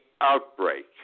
outbreak